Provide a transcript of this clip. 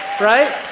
right